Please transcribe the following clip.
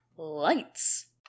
Lights